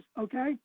okay